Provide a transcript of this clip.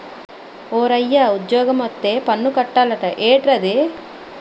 ఓరయ్యా ఉజ్జోగమొత్తే పన్ను కట్టాలట ఏట్రది